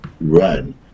run